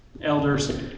elders